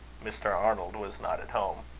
mr. arnold was not at home.